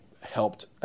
helped